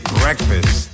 breakfast